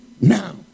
now